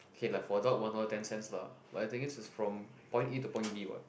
okay lah for adult one dollar ten cents lah but I think is is from point A to point B what